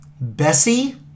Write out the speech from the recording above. Bessie